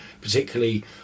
particularly